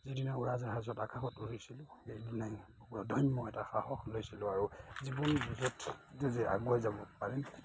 যিদিনা উৰাজাহাজত আকাশত উৰিছিলোঁ সেইদিনা অদম্য এটা সাহস লৈছিলোঁ আৰু জীৱন যুঁজত যাতে আগুৱাই যাব পাৰিম